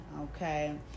Okay